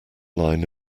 line